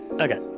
Okay